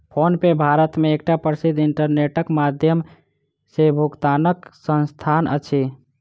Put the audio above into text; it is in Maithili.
फ़ोनपे भारत मे एकटा प्रसिद्ध इंटरनेटक माध्यम सॅ भुगतानक संस्थान अछि